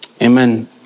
Amen